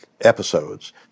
episodes